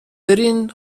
برین